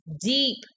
deep